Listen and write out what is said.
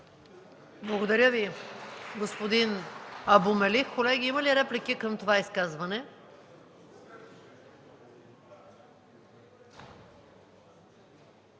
Благодаря Ви, господин Абу Мелих. Колеги, има ли реплики към това изказване?